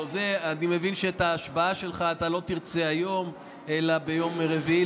אני מבין שאת ההשבעה שלך אתה לא תרצה היום אלא ביום רביעי,